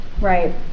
Right